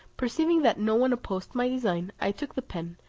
perceiving that no one opposed my design, i took the pen,